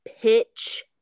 pitch